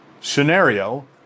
scenario